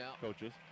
coaches